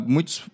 Muitos